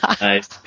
nice